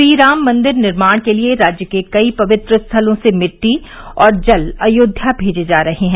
श्रीराम मंदिर निर्माण के लिए राज्य के कई पवित्र स्थलों से मिट्टी और जल अयोध्या भेजे जा रहे हैं